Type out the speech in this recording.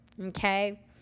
Okay